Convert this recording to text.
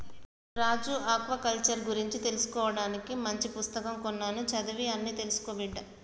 రాజు aquaculture గురించి తెలుసుకోవానికి మంచి పుస్తకం కొన్నాను చదివి అన్ని తెలుసుకో బిడ్డా